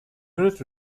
unit